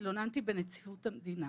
התלוננתי בנציבות המדינה.